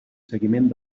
seguiment